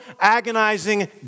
agonizing